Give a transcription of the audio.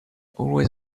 always